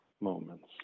moments